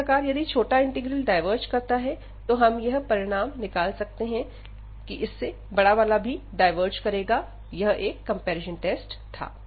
इसी प्रकार यदि छोटा इंटीग्रल डाइवर्ज करता है तो हम यह परिणाम निकाल सकते हैं कि इससे बड़ा वाला भी डायवर्ज करेगा यह एक कंपैरिजन टेस्ट था